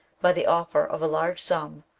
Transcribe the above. by the ofler of a large sum,